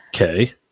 Okay